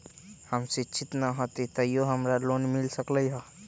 हम शिक्षित न हाति तयो हमरा लोन मिल सकलई ह?